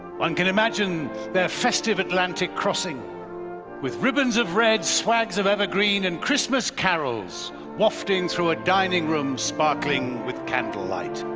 one can imagine their festive atlantic crossing with ribbons of red, swags of evergreen and christmas carols wafting through a dining room sparkling with candlelight.